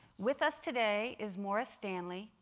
with us today is maura stanley,